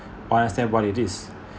or understand what is it